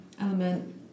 element